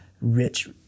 rich